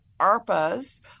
ARPAs